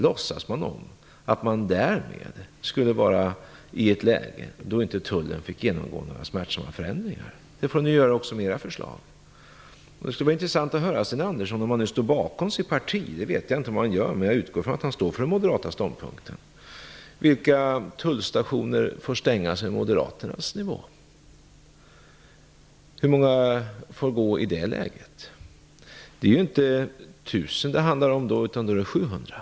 Det kommer att ske även med era förslag. Jag vet inte om Sten Andersson står bakom sitt parti, men jag utgår från att han står för den moderata ståndpunkten. Det skulle vara intressant att höra vilka tullstationer som får stängas med moderaternas nivå. Hur många får gå i det läget? Då är det inte 1 000 det handlar om utan 700.